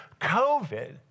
COVID